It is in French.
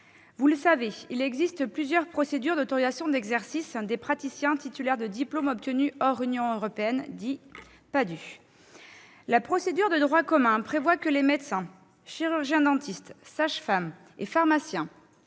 Vous le savez, il existe plusieurs procédures d'autorisation d'exercice des praticiens à diplômes hors Union européenne, les PADHUE. Selon la procédure de droit commun, les médecins, chirurgiens-dentistes, sages-femmes et pharmaciens